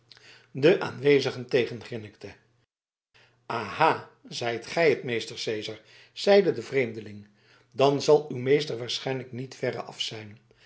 de aanwezigen tegengrinnikte aha zijt gij het meester cezar zeide de vreemdeling dan zal uw meester waarschijnlijk niet verre af zijn